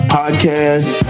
podcast